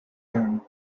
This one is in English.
dune